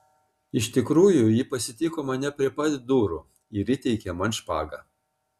iš tikrųjų ji pasitiko mane prie pat durų ir įteikė man špagą